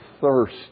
thirst